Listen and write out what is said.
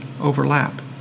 overlap